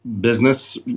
business